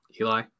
Eli